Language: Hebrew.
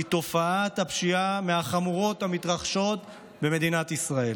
היא תופעת פשיעה מהחמורות המתרחשות במדינת ישראל.